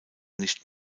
nicht